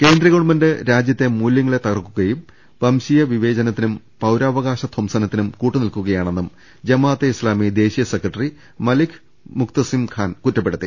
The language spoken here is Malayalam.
കേന്ദ്ര ഗവൺമെന്റ് രാജ്യത്തെ മൂല്യങ്ങളെ തകർക്കുകയും വംശീയ വിവേചനത്തിനും പൌരാവകാശ ധംസന ത്തിനും കൂട്ടു നിൽക്കുകയാണെന്നും ജമാഅത്തെ ഇസ്ലാമി ദേശീയ സെക്രട്ടറി മലിക് മുഖ്ത്തസിം ഖാൻ കുറ്റപ്പെടുത്തി